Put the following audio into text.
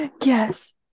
yes